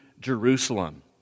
Jerusalem